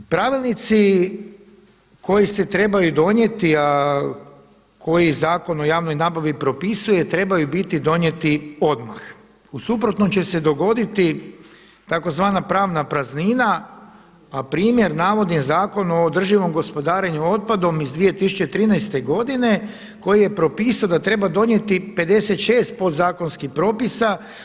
Pravilnici koji se trebaju donijeti a koji Zakon o javnoj nabavi propisuje trebaju biti donijeti odmah u suprotnom će se dogoditi tzv. pravna praznina a primjer navodim Zakon o održivom gospodarenju otpadom iz 2013. godine koji je propisao da treba donijeti 56 podzakonskih propisa.